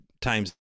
times